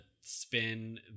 spin